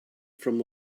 from